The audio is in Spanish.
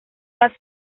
las